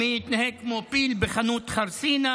מי יתנהג כמו פיל בחנות חרסינה.